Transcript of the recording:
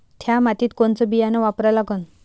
थ्या मातीत कोनचं बियानं वापरा लागन?